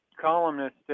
columnist